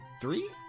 three